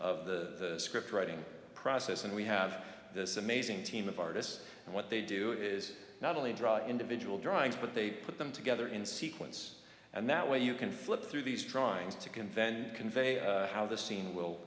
of the script writing process and we have this amazing team of artists and what they do is not only draw individual drawings but they put them together in sequence and that way you can flip through these drawings to convention convey how the scene will